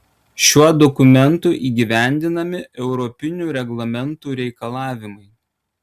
šiuo dokumentu įgyvendinami europinių reglamentų reikalavimai